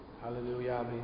Hallelujah